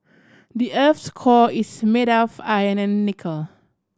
the earth's core is made of iron and nickel